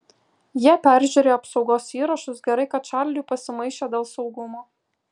jie peržiūrėjo apsaugos įrašus gerai kad čarliui pasimaišę dėl saugumo